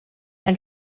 and